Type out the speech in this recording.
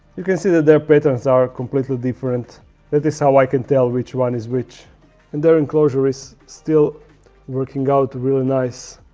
you can see that their patterns are completely different that is how i can tell which one is which and their enclosure is still working out really nice